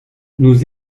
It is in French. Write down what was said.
nous